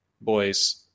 boys